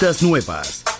nuevas